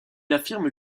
affirme